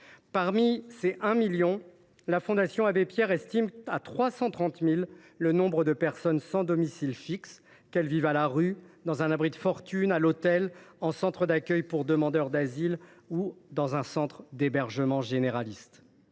Parmi ceux ci, la Fondation estime à 330 000 le nombre de personnes sans domicile fixe, qu’elles vivent à la rue, dans un abri de fortune, à l’hôtel, en centre d’accueil pour demandeurs d’asile (Cada) ou dans un centre d’hébergement généraliste.